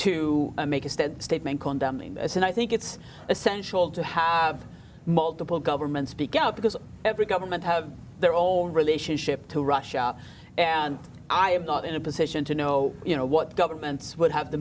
to make a stand statement condemning this and i think it's essential to have multiple governments speak out because every government have their own relationship to rush out and i am not in a position to know you know what governments would have the